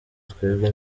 twebwe